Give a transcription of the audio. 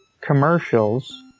commercials